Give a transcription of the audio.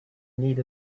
need